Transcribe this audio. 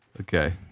Okay